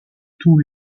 tous